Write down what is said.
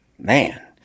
Man